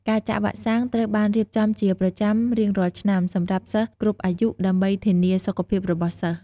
ការចាក់វ៉ាក់សាំងត្រូវបានរៀបចំជាប្រចាំរៀងរាល់ឆ្នាំ សម្រាប់សិស្សគ្រប់អាយុ ដើម្បីធានាសុខភាពរបស់សិស្ស។